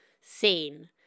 seen